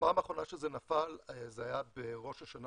בפעם האחרונה שזה נפל זה היה בראש השנה